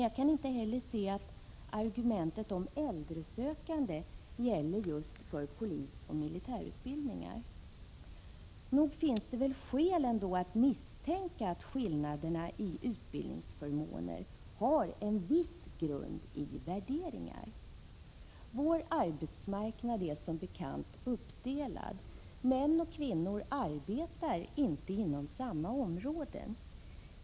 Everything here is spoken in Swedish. Jag kan inte heller se att argumentet om äldre sökande gäller för polisoch militärutbildningar. Nog finns det skäl att misstänka att skillnaderna i utbildningsförmåner har en viss grund i värderingar. Vår arbetsmarknad är som bekant uppdelad. Kvinnor och män arbetar inte inom samma områden.